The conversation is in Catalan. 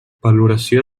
valoració